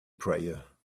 prayer